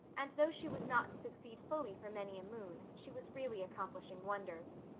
and, though she was not to succeed fully for many a moon, she was really accomplishing wonders.